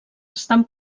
estan